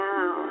Now